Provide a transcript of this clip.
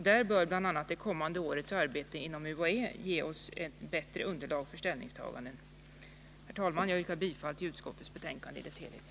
a. det kommande arbetet inom UHÄ bör i det avseendet kunna ge oss ett bättre underlag för ett ställningstagande. Herr talman! Jag yrkar bifall till utskottets hemställan i dess helhet.